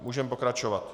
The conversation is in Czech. Můžeme pokračovat.